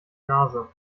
nase